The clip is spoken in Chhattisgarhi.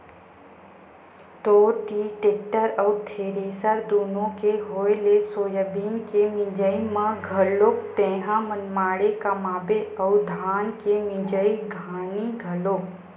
तोर तीर टेक्टर अउ थेरेसर दुनो के होय ले सोयाबीन के मिंजई म घलोक तेंहा मनमाड़े कमाबे अउ धान के मिंजई खानी घलोक